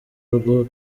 rwo